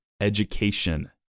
education